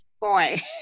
boy